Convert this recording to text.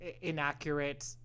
inaccurate